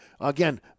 again